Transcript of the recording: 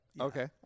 okay